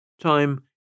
Time